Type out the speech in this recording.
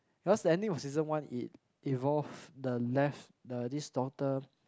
because ending of season one it evolved the left the this doctor